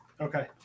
Okay